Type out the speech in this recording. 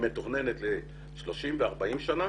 היא מתוכננת ל-30 ו-40 שנים.